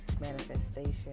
manifestation